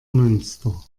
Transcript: münster